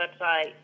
website